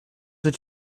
what